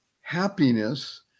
happiness